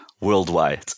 worldwide